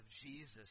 Jesus